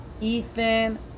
Ethan